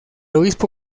obispo